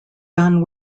done